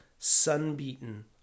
sunbeaten